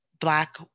Black